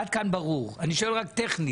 עד כאן ברור, אני שואל רק טכנית,